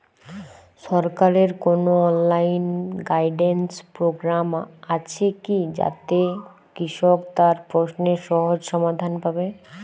সরকারের কোনো online guidance programme আছে কি যাতে কৃষক তার প্রশ্নের সহজ সমাধান পাবে?